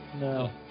No